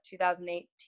2018